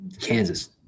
Kansas